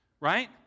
right